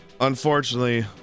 unfortunately